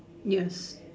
yes